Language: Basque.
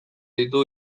ditu